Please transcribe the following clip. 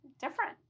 different